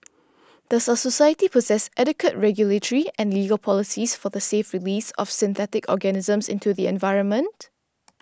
does our society possess adequate regulatory and legal policies for the safe release of synthetic organisms into the environment